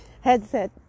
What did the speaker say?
headset